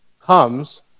comes